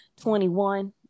21